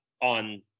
On